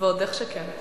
ועוד איך שכן.